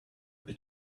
but